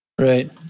right